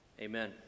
Amen